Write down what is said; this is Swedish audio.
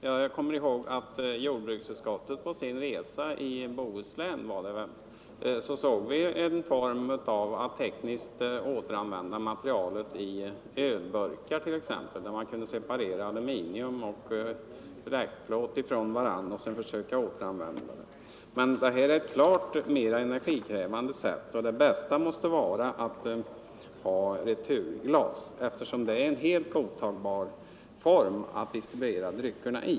Jag kommer ihåg att vi på jordbruksutskottets resa, i Bohuslän tror jag det var, såg en form för att tekniskt återanvända materialet i ölburkar t.ex. där man kunde separera aluminium och bleckplåt från varandra och sedan försöka återanvända det. Men det här är ett klart mera energikrävande sätt, och det bästa måste vara att ha returglas, eftersom det är en helt godtagbar form för att distribuera dryckerna.